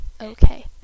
Okay